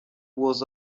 was